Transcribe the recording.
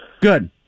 Good